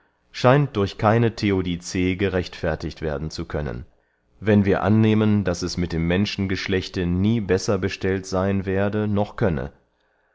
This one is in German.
scheint durch keine theodicee gerechtfertigt werden zu können wenn wir annehmen daß es mit dem menschengeschlechte nie besser bestellt seyn werde noch könne